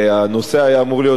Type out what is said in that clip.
הנושא היה אמור להיות,